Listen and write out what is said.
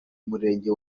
murenge